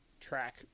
track